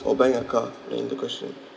or buying a car like in the question